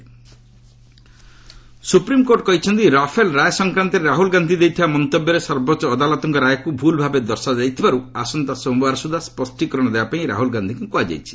SC Rahul ଲେଖି supreme court କହିଛନ୍ତି Rafale ରାୟ ସଂକ୍ରାନ୍ତରେ ରାହୁଲ୍ ଗାନ୍ଧି ଦେଇଥିବା ମନ୍ତବ୍ୟରେ ସର୍ବୋଚ୍ଚ ଅଦାଲତଙ୍କ ରାୟକୁ ଭୁଲ୍ଭାବେ ଦର୍ଶାଯାଇଥିବାରୁ ଆସନ୍ତା ସୋମବାର ସୁଦ୍ଧା ସ୍ୱଷ୍ଟୀକରଣ ଦେବାପାଇଁ ରାହୁଲ୍ ଗାନ୍ଧିଙ୍କୁ କୁହାଯାଇଛି